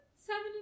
seven